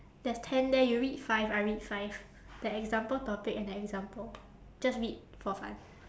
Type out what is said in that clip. there's ten there you read five I read five that example topic and example just read for fun